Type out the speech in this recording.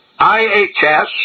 IHS